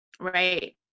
right